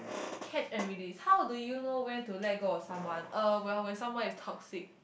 catch and release how do you know when to let go of someone uh well when someone is toxic